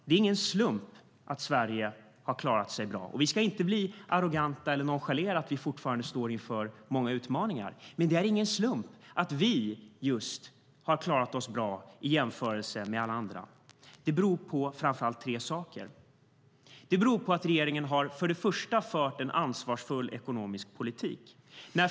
Det är ingen slump att Sverige har klarat sig bra. Vi ska inte bli arroganta eller nonchalera att vi fortfarande står inför många utmaningar. Men det är ingen slump att just vi har klarat oss bra i jämförelse med alla andra. Det beror framför allt på tre saker. För det första beror det på att regeringen har fört en ansvarsfull ekonomisk politik.